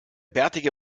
bärtige